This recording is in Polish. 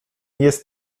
jest